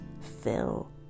fill